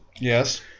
Yes